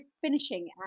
finishing